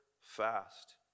fast